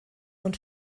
und